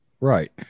Right